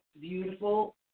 beautiful